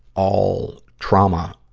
all trauma